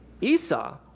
Esau